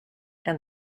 and